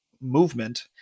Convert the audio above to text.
movement